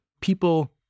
People